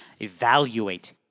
Evaluate